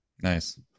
Nice